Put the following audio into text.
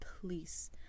please